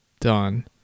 done